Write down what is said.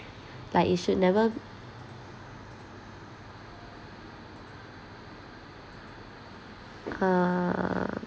like you should never uh